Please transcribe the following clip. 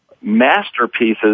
masterpieces